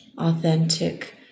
authentic